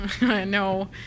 No